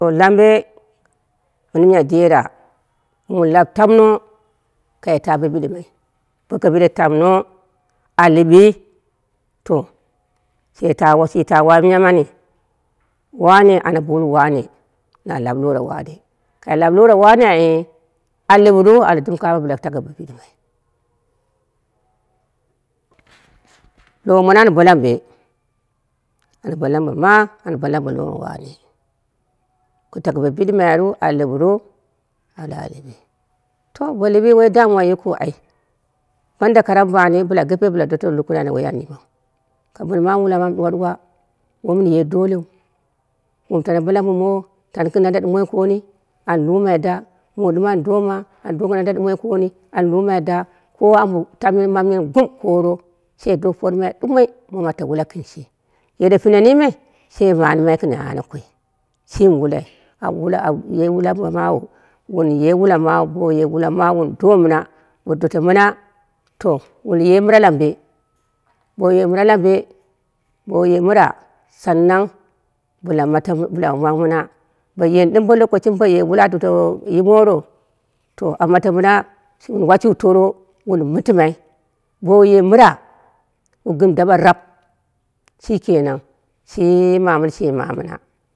Bo kai lambe mɨn miya dera, bo mun lab tamno kaita bo bidimai, boko bide tamno a lɨbi, to shera shitawai miya mani wane ana bo wul wane na lab lora wane, kai lab lora wane ai o a lɨbru a ɓale dɨm kamai bɨla ku taku bo bidimai lowo mouo ay bo lambe ma an bo lambe lora wane ku taku boɗimairu a lɨpru a ɓale a lɨɓi to bo lɨɓi ai woi dana wa jikɨu ai, banda karambani bɨla gɨpe bɨla gɨpe doto lukure ane woi an yimau, ka bɨn mamu wula mamu duwa ɗuwa woi mɨnte doleu, muum tana bo lambɨmowo tani gɨn landa ɗumoi koni an lumai da mondin dɨm an do gɨn landa ɗumoi an lumai da ko ambo mamyen tamyen wun guk koro she do promai ɗumoi muum ata wula gɨn shi, yere pinenni me she manɨmai gɨn ana koi, shimi wulai au wulai au ye wula mamawu wuuye wula mawu bou ye wulai wun do mɨna bo doto mɨna to wunye mɨra lambe, bou ye mɨra lambe, bouye mɨra san nan bɨla mato mɨna bɨla mawu mɨna bo yeni ɗɨm boye lokoshimi boye wula a doto yi moro to a mato mɨna shi washuwa toro wun mɨtɨmai bouye mɨra wu ɣim daɓa raab shikenan shi mamini shi mama mɨna